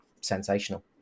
sensational